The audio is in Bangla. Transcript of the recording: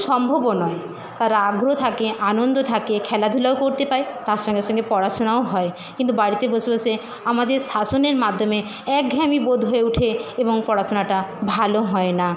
সম্ভবও নয় তারা আগ্রহ থাকে আনন্দ থাকে খেলাধুলাও করতে পায় তার সঙ্গে সঙ্গে পড়াশুনাও হয় কিন্তু বাড়িতে বসে বসে আমাদের শাসনের মাধ্যমে একঘেয়েমি বোধ হয়ে উঠে এবং পড়াশোনাটা ভালো হয় না